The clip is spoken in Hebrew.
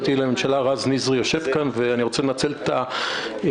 רז נזרי יושב כאן ואני רוצה לנצל את הבמה